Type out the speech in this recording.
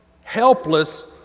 helpless